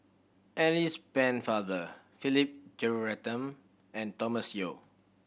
Alice Pennefather Philip Jeyaretnam and Thomas Yeo